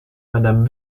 madame